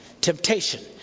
Temptation